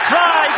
Try